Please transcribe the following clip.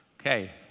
Okay